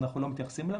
אנחנו לא מתייחסים אליהן,